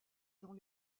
dans